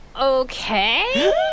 Okay